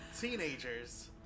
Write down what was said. teenagers